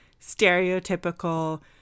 stereotypical